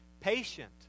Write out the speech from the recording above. patient